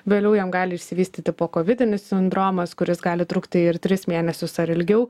vėliau jam gali išsivystyti pokovidinis sindromas kuris gali trukti ir tris mėnesius ar ilgiau